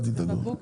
אל תדאגו.